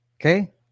Okay